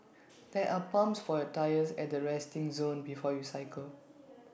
there are pumps for your tyres at the resting zone before you cycle